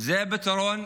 היא הפתרון?